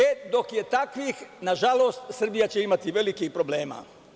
E, dok je takvih, nažalost, Srbija će imati velikih problema.